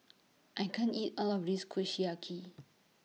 I can't eat All of This Kushiyaki